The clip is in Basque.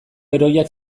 heroiak